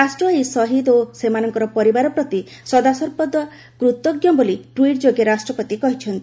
ରାଷ୍ଟ୍ର ଏହି ଶହୀଦ୍ ଓ ସେମାନଙ୍କ ପରିବାର ପ୍ରତି ସଦାସର୍ବଦା କୃତଜ୍ଞ ବୋଲି ଟ୍ୱିଟ୍ ଯୋଗେ ରାଷ୍ଟ୍ରପତି କହିଛନ୍ତି